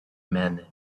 men